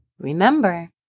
Remember